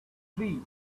three